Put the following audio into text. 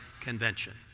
Convention